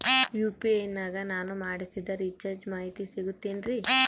UPI ನಾಗ ನಾನು ಮಾಡಿಸಿದ ರಿಚಾರ್ಜ್ ಮಾಹಿತಿ ಸಿಗುತೈತೇನ್ರಿ?